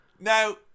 Now